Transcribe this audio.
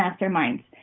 masterminds